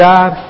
God